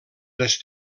les